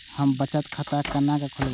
हम बचत खाता केना खोलैब?